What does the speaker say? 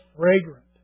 fragrant